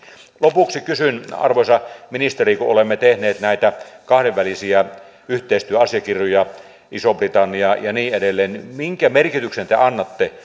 lopuksi kysyn arvoisa ministeri kun olemme tehneet näitä kahdenvälisiä yhteistyöasiakirjoja ison britannian kanssa ja niin edelleen minkä merkityksen te annatte